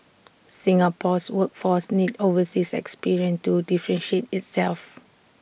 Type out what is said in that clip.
Singapore's workforce needs overseas experience to differentiate itself